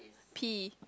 P